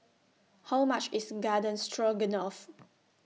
How much IS Garden Stroganoff